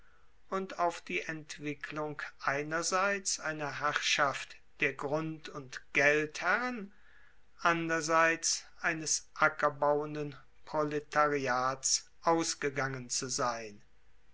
und auf die entwicklung einerseits einer herrschaft der grund und geldherren anderseits eines ackerbauenden proletariats ausgegangen zu sein